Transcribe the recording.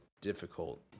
difficult